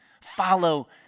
Follow